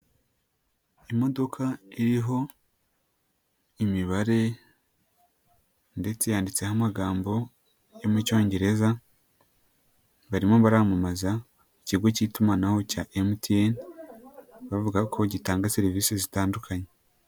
Imodoka iriho imibare ndetse yanditseho amagambo yo mu cyongereza barimo baramamaza ikigo cy'itumanaho cya MTN bavuga ko gitanga serivise zitandukanye.